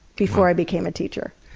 before i became a teacher.